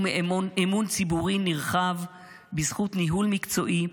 מאמון ציבורי נרחב בזכות ניהול מקצועי,